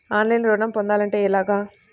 ఆన్లైన్లో ఋణం పొందాలంటే ఎలాగా?